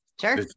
Sure